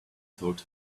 told